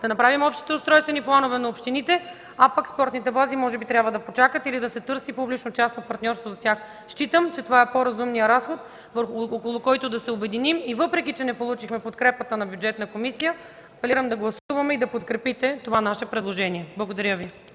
да направим общите устройствени планове на общините, а пък спортните бази може би трябва да почакат, или да се търси публично-частно партньорство за тях. Считам, че това е по-разумният разход, около който да се обединим. Въпреки че не получихме подкрепата на Бюджетната комисия, апелирам да гласуваме и да подкрепите това наше предложение. Благодаря Ви.